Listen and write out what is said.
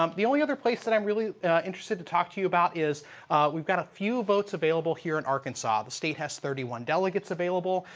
um the only other place and i'm interested to talk to you about is we've got a few boats available here in arkansas. the state has thirty one delegates available,